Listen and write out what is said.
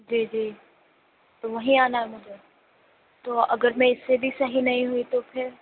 جی جی تو وہیں آنا ہے مجھے تو اگر میں اِس سے بھی صحیح نہیں ہوئی تو پھر